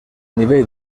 nivell